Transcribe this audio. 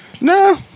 No